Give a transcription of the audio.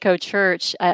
Church